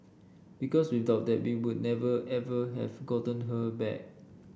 because without that we would never ever have gotten her back